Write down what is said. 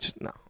No